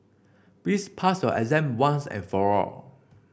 please pass your exam once and for all